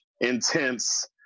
intense